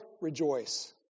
rejoice